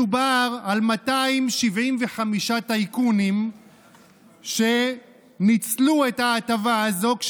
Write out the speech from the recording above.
מדובר על 275 טייקונים שניצלו את ההטבה הזאת,